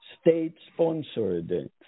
state-sponsored